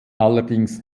allerdings